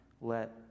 let